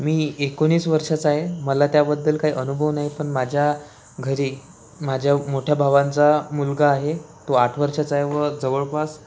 मी एकोणीस वर्षाचा आहे मला त्याबद्दल काही अनुभव नाही पण माझ्या घरी माझ्या मोठ्या भावांचा मुलगा आहे तो आठ वर्षाचा आहे व जवळपास